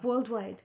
worldwide